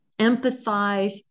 empathize